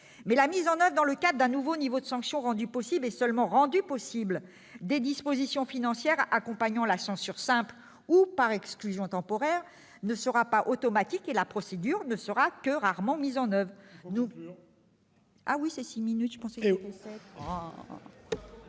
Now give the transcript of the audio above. Mais la mise en oeuvre, dans le cadre d'un nouveau niveau de sanction- dont l'application est seulement rendue possible -, des dispositions financières accompagnant la censure simple ou avec exclusion temporaire ne sera pas automatique. Dans les faits, la procédure ne sera que rarement mise en oeuvre.